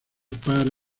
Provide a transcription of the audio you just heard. para